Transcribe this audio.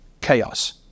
chaos